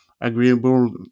agreeable